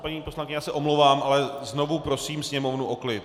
Paní poslankyně, já se omlouvám, ale znovu prosím sněmovnu o klid.